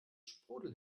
sprudel